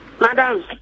Madam